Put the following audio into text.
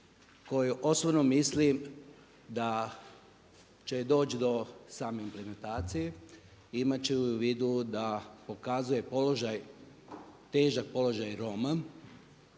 koju osobno mislim da će doći do same implementacije i imat će je u vidu da pokazuje položaj, težak položaj Roma.